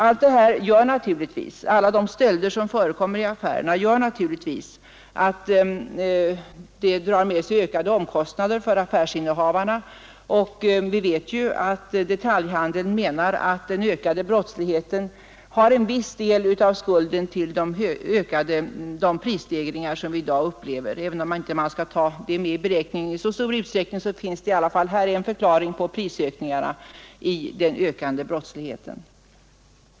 Alla de stölder som förekommer i affärerna drar naturligtvis med sig ökade omkostnader för affärsinnehavarna. Vi vet ju att detaljhandeln menar att den ökade brottsligheten bär en viss del av skulden till de prisstegringar vi i dag upplever. Även om man inte skall ta det med i beräkningen i någon större utsträckning finns i alla fall en förklaring till prisstegringarna i den ökande brottsligheten.